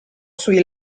sui